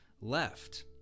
left